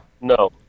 No